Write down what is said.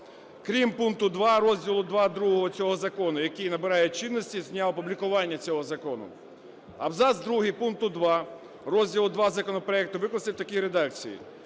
крім пункту 2 розділу ІІ другого цього закону, який набирає чинність з дня опублікування цього закону". Абзац другий пункту 2 розділу ІІ законопроекту викласти в такій редакції: